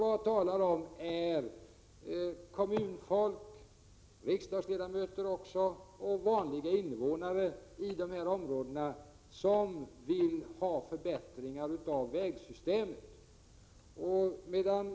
Vad jag talar om är kommunfolk, riksdagsledamöter och vanliga invånare i dessa områden som vill ha förbättringar av vägsystemet.